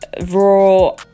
raw